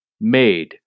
made